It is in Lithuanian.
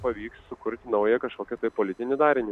pavyks sukurti naują kažkokį tai politinį darinį